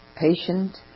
patient